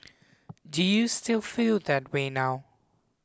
do you still feel that way now